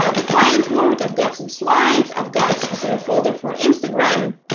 ah the client work i've got some slides i've got specific folder for instagram,